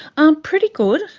um pretty good,